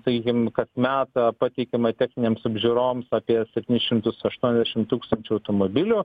saykim kasmet pateikiama techninėms apžiūroms apie septynis šimtus aštuoniasdešim tūkstančių automobilių